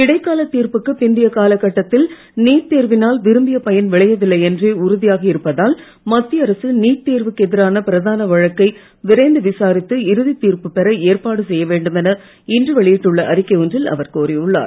இடைக்கால் தீர்ப்புக்கு பிந்திய காலகட்டத்தில் நீட் தேர்வினால் விரும்பிய பயன் விளையவில்லை என்றே உறுதியாகி இருப்பதால் மத்திய அரசு நீட் தேர்வுக்கு எதிரான பிரதான வழக்கை விரைந்து விசாரித்து இறுதித் தீர்ப்பு பெற ஏற்பாடு செய்ய வேன்டுமென இன்று வெளியிட்டுள்ள அறிக்கை ஒன்றில் அவர் கோரியள்ளார்